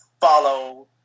follow